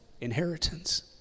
inheritance